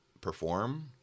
perform